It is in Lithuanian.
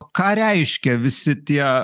ką reiškia visi tie